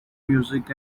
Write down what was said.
music